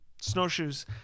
snowshoes